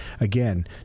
Again